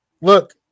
look